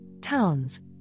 towns